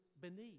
beneath